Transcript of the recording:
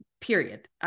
period